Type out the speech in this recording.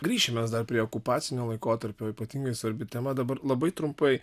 grįšim mes dar prie okupacinio laikotarpio ypatingai svarbi tema dabar labai trumpai